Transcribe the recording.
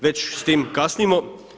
Već s tim kasnimo.